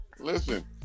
Listen